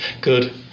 Good